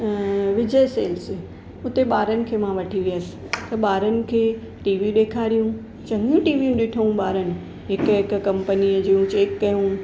Vijay sales हुते ॿारनि खे मां वठी वयसि त ॿारनि खे टीवी ॾेखारियूं चङियूं टीवियूं ॾिठूं ॿारनि हिकु हिकु कंपनियूं जूं चैक कयूं